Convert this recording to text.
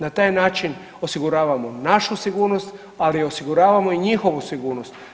Na taj način osiguravamo našu sigurnost, ali i osiguravamo i njihovu sigurnost.